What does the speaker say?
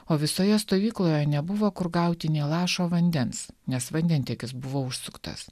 o visoje stovykloje nebuvo kur gauti nė lašo vandens nes vandentiekis buvo užsuktas